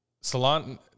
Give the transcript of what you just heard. salon